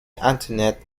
antoinette